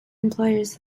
employers